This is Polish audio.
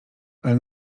ale